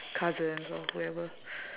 cousins or whoever